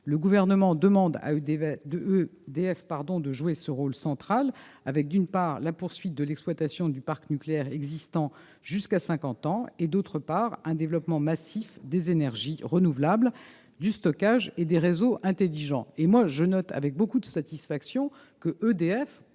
le Gouvernement demande à EDF de jouer un rôle central, d'une part, par la poursuite de l'exploitation du parc nucléaire existant jusqu'à cinquante ans et, d'autre part, par le développement massif des énergies renouvelables, du stockage et des réseaux intelligents. Je note avec satisfaction qu'EDF